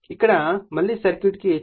ఇక్కడ మళ్ళీ సర్క్యూట్కు వెళ్దాం